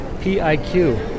P-I-Q